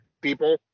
people